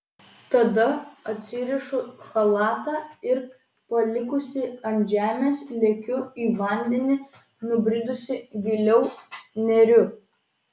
tada atsirišu chalatą ir palikusi ant žemės lekiu į vandenį nubridusi giliau neriu